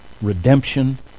Redemption